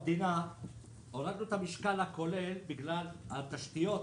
הורדנו את המשקל הכולל בגלל התשתיות,